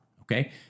Okay